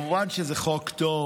כמובן שזה חוק טוב.